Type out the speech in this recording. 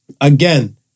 again